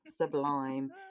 sublime